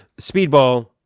Speedball